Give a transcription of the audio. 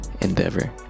endeavor